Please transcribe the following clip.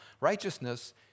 Righteousness